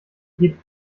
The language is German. geht